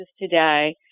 today